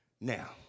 Now